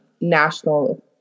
national